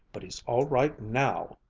but he's all right now!